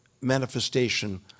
manifestation